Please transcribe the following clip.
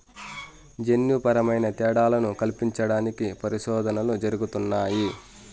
జన్యుపరమైన తేడాలను కల్పించడానికి పరిశోధనలు జరుగుతున్నాయి